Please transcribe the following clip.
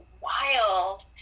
wild